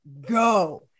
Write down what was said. go